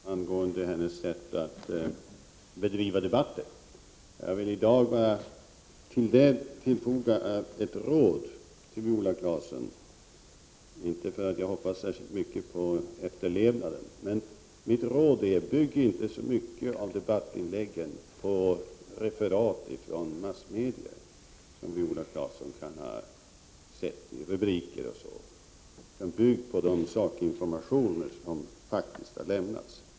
Fru talman! Jag hade en debatt i fredags med Viola Claesson angående hennes sätt att föra debatter. Jag vill i dag ge ett råd till Viola Claesson — inte för att jag hoppas särskilt mycket på efterlevnaden av det — och det är: Bygg inte så mycket av debattinläggen på referat från massmedier, rubriker m.m., utan bygg på den sakinformation som har lämnats!